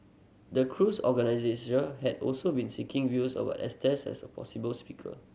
the cruise organisers had also been seeking views about Estes as a possible speaker